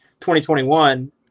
2021